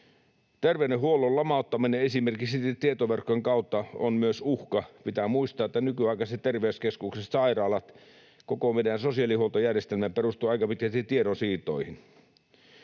terveydenhuollon lamauttaminen tietoverkkojen kautta on myös uhka. Pitää muistaa, että nykyaikaiset terveyskeskukset, sairaalat ja koko meidän sosiaali- ja terveydenhuoltojärjestelmä perustuvat aika pitkälti tiedonsiirtoihin.